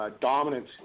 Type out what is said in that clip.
dominant